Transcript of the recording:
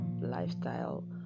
lifestyle